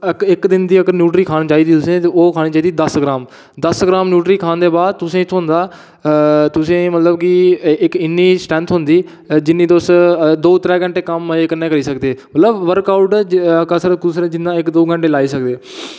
अगर इक्क दिन दी न्यूटरी खाना चाहिदी तुसें ते ओह् खानी चाहिदी दस्स ग्राम दस्स ग्राम न्यूटरी खाने दे बाद तुसेंगी थ्होंदा तुसेंगी मतलब की इ'न्नी स्ट्रेंथ होंदी जि'न्नी तुस दौ त्रैऽ घैंटे करी सकदे मतलब वर्कआऊट कसरत जि'न्ना एह् इक्क दौ घैंटे लाई सकदे